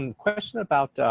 and question about